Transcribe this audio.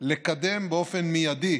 לקדם באופן מיידי